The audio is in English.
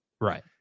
Right